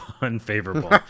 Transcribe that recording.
unfavorable